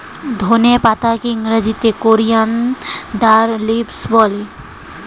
ধনে পাতাকে ইংরেজিতে কোরিয়ানদার লিভস বলে